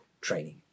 training